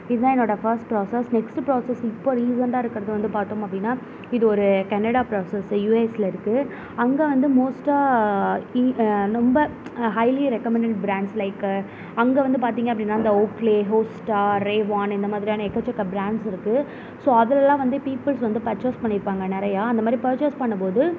இதான் என்னோடய first process next process இப்போது ரீசெண்டாக இருக்கிறது வந்து பார்த்தோம் அப்படினா இது ஒரு கெனடா ப்ராசஸ்சு யூஎஸ்ஸில் இருக்குது அங்கே வந்து மோஸ்டாக ரொம்ப ஹைலி ரெக்கமெண்ட்டட் பிராண்ட்ஸ் லைக்கு அங்கே வந்து பார்த்திங்க அப்படினா இந்த ஹோபிளே ஹோஸ்டார் ரேவான் இந்தமாதிரியான எக்கச்சக்க பிராண்ட்ஸ்சு இருக்குது ஸோ அதிலலான் வந்து பீப்புள்ஸ் வந்து பர்ச்சஸ் பண்ணியிருப்பாங்க நிறையா அந்தமாதிரி பர்ச்சஸ் பண்ணும்போது